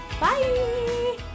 Bye